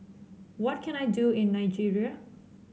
what can I do in Nigeria